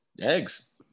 Eggs